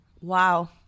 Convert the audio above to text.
Wow